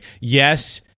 yes